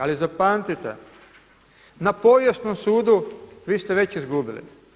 Ali zapamtite na povijesnom sudu vi ste već izgubili.